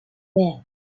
man